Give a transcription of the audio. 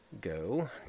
go